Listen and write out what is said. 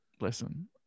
listen